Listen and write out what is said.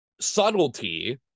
Subtlety